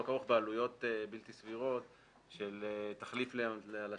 כרוך בעלויות בלתי סבירות של תחליף לשלט.